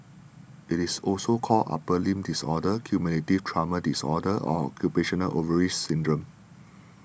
it is also called upper limb disorder cumulative trauma disorder or occupational overuse syndrome